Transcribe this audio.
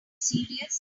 serious